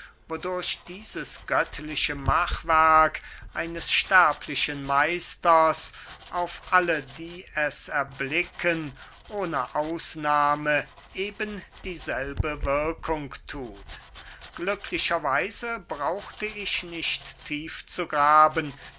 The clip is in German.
wodurch dieses göttliche machwerk eines sterblichen meisters auf alle die es erblicken ohne ausnahme eben dieselbe wirkung thut glücklicher weise brauchte ich nicht tief zu graben